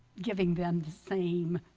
giving them the same